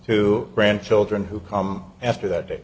to grandchildren who come after that da